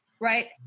right